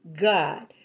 God